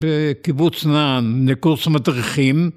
בקיבוץ נען לקורס המדריכים